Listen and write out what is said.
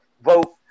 vote